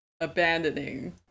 abandoning